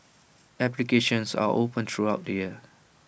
applications are open throughout the year